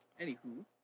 Anywho